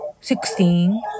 sixteen